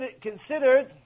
considered